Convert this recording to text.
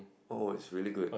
all is really good